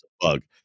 bug